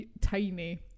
Tiny